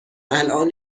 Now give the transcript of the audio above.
الان